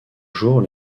jour